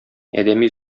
адәми